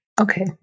Okay